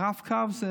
הרב-קו זה